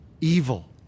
evil